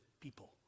people